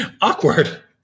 awkward